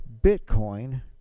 bitcoin